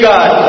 God